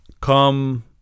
Come